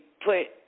put